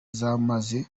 zamaze